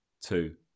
two